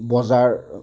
বজাৰ